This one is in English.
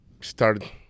started